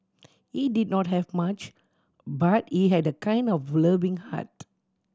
he did not have much but he had a kind and loving heart